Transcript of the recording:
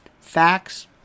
facts